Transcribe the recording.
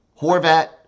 Horvat